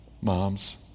moms